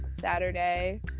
Saturday